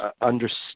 understand